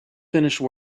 finished